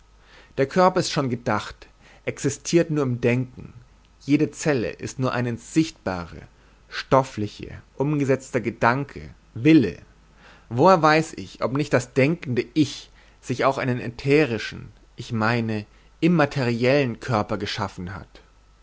der körper ist schon gedacht existiert nur im denken jede zelle ist nur ein ins sichtbare stoffliche umgesetzter gedanke wille woher weiß ich ob nicht das denkende ich sich auch einen ätherischen ich meine immateriellen körper geschaffen hat